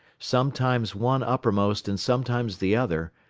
sometimes one uppermost and sometimes the other,